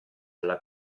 alla